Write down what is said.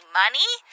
money